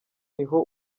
niho